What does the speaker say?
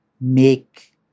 make